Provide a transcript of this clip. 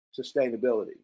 sustainability